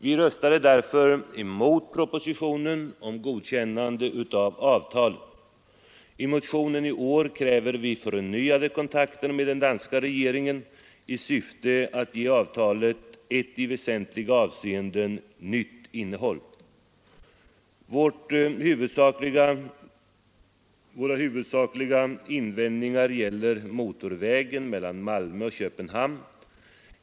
Vi röstade därför emot propositionen om godkännande av avtalet. I motionen i år kräver vi förnyade kontakter med den danska regeringen i syfte att ge avtalet ett i väsentliga avseenden nytt innehåll. Våra huvudsakliga invändningar gäller motorvägen mellan Malmö och Köpenhamn.